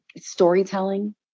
storytelling